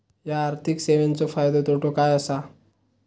हया आर्थिक सेवेंचो फायदो तोटो काय आसा?